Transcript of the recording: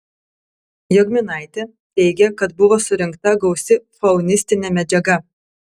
jogminaitė teigė kad buvo surinkta gausi faunistinė medžiaga